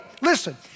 Listen